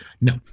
No